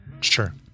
sure